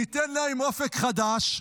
ניתן להם אופק חדש,